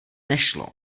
nešlo